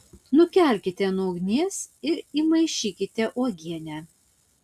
nukelkite nuo ugnies ir įmaišykite uogienę